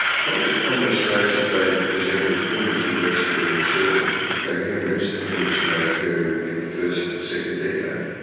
probably the commonest stage that they actually present with haemorrhage would actually be in children. if they haemorrhage, the haemorrhage may occur and in the first or second decade.